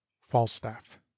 falstaff